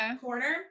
corner